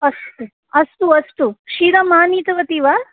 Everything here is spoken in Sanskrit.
अस्तु अस्तु अस्तु क्षीरम् आनितवती वा